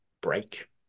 break